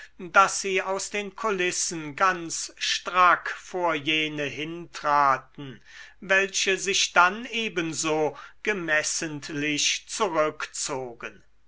daß sie aus den kulissen ganz strack vor jene hintraten welche sich dann ebenso gemessentlich zurückzogen